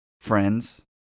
friends